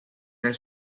nel